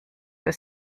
für